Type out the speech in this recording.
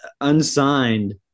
unsigned